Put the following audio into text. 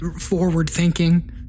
forward-thinking